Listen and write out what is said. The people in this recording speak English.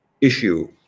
issue